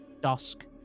dusk